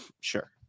Sure